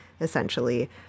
Essentially